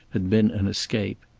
had been an escape.